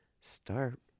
start